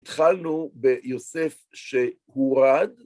התחלנו ביוסף שהורד